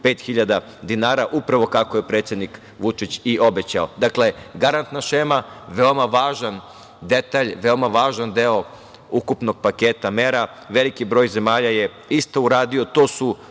dinara, upravo kako je predsednik Vučić i obećao. Dakle, garantna šema, veoma važan detalj, veoma važan deo ukupnog paketa mera. Veliki broj zemalja je isto to uradio. To su